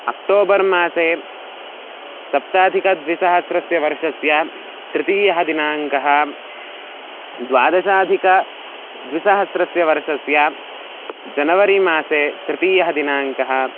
अक्टोबर्मासे सप्ताधिकद्विसहस्रस्य वर्षस्य तृतीयः दिनाङ्कः द्वादशाधिकद्विसहस्रस्य वर्षस्य जनवरिमासे तृतीयः दिनाङ्कः